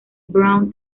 brown